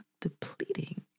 depleting